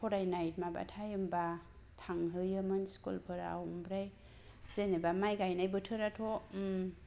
फरायनाय माबा टाइमबा थांहोयोमोन स्कुलफोराव ओमफ्राय जेनोबा माइ गाइनाय बोथोराथ